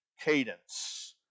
cadence